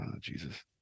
Jesus